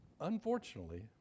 Unfortunately